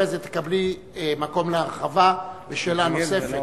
אחרי זה תקבלי מקום להרחבה בשאלה נוספת.